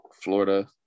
Florida